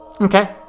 Okay